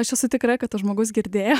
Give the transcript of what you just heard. aš esu tikra kad tas žmogus girdėjo